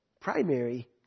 primary